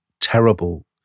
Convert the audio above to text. terrible